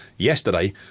Yesterday